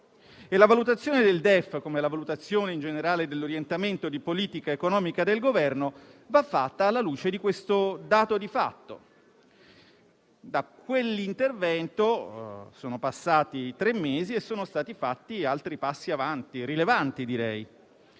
la valutazione del DEF, come in generale quella dell'orientamento di politica economica del Governo, va fatta alla luce di questo dato di fatto. Da quell'intervento sono passati tre mesi e sono stati fatti altri passi avanti (rilevanti, direi).